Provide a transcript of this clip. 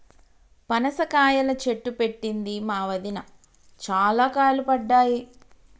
పనస కాయల చెట్టు పెట్టింది మా వదిన, చాల కాయలు పడ్డాయి